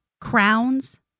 crowns